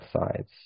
sides